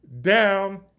down